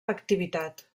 activitat